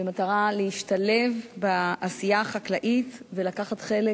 במטרה להשתלב בעשייה החקלאית ולקחת חלק